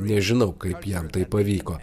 nežinau kaip jam tai pavyko